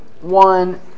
one